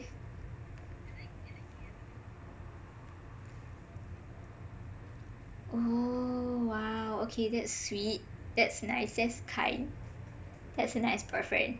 oh !wow! okay that's sweet that's nice that's kind that's a nice boyfriend